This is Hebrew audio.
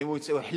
אם הוא החליט,